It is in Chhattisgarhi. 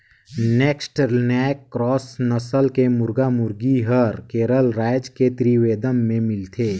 नैक्ड नैक क्रास नसल के मुरगी, मुरगा हर केरल रायज के त्रिवेंद्रम में मिलथे